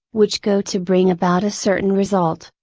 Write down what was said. which go to bring about a certain result,